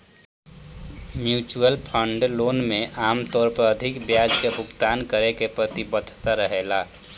mutual fund loan में आमतौर पर अधिक ब्याज के भुगतान करे के प्रतिबद्धता रहेला